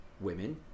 women